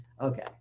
Okay